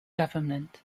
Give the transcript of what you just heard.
government